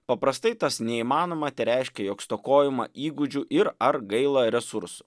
paprastai tas neįmanoma tereiškia jog stokojama įgūdžių ir ar gaila resursų